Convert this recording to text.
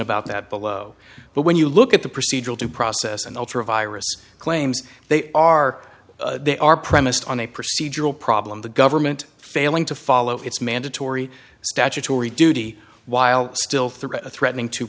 about that below but when you look at the procedural due process and ultra virus claims they are they are premised on a procedural problem the government failing to follow its mandatory statutory duty while still threat of threatening to